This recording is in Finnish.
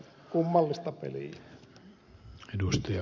kummallista peliä